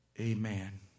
Amen